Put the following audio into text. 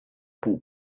pół